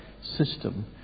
system